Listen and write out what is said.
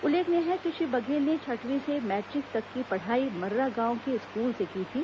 उल्लेखनीय है कि श्री बघेल ने छठवीं से मैट्रिक तक की पढ़ाई मर्रा गांव के स्कूल से की थी